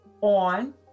on